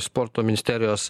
sporto ministerijos